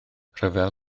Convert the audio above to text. rhyfel